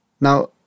Now